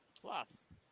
plus